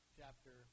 chapter